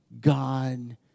God